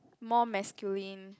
more masculine